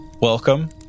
welcome